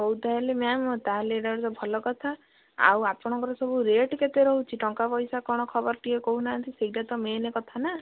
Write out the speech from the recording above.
ହଉ ତାହେଲେ ମ୍ୟାମ୍ ତାହେଲେ ଏଇଟା ଗୋଟେ ଭଲ କଥା ଆଉ ଆପଣଙ୍କର ସବୁ ରେଟ୍ କେତେ ରହୁଛି ଟଙ୍କା ପଇସା କ'ଣ ଖବର ଟିକିଏ କହୁନାହାନ୍ତି ସେଇଟା ତ ମେନ୍ କଥା ନା